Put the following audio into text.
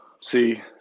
See